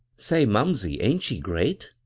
say, mumsey, ain't she great?